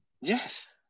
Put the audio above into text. Yes